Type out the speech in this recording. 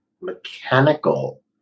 mechanical